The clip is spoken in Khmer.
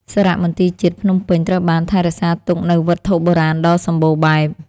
សារមន្ទីរជាតិភ្នំពេញត្រូវបានថែរក្សាទុកនូវវត្ថុបុរាណដ៏សំបូរបែប។